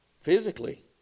Physically